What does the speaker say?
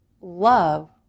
love